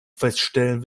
feststellen